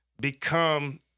become